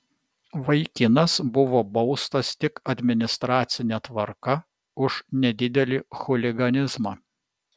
vaikinas buvo baustas tik administracine tvarka už nedidelį chuliganizmą